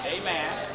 Amen